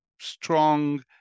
strong